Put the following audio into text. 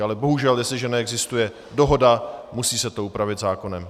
Ale bohužel, jestliže neexistuje dohoda, musí se to upravit zákonem.